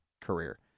career